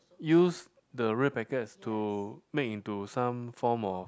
use the red packets to make into some form of